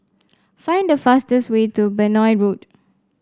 Find the fastest way to Benoi Road